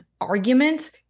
argument